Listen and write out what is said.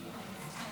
כן.